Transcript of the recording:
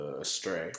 astray